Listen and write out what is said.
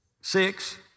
six